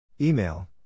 Email